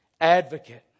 advocate